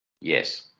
Yes